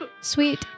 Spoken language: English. sweet